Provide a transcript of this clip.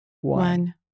One